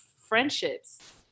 friendships